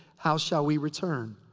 how shall we return?